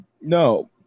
no